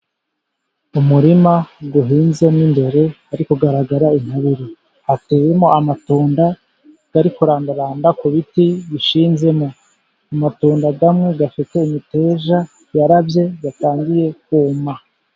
Umurima uhinzemo imbere hari kugaragara intabire. hateyemo amatunda, ari kurandaranda ku biti bishinzemo. Amatunda amwe afite imiteja yarabye atangiye kuma.